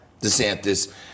DeSantis